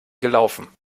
gelaufen